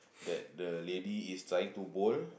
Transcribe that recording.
that the lady is trying to bowl